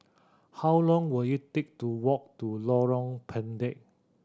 how long will it take to walk to Lorong Pendek